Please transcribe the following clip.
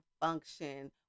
function